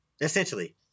Essentially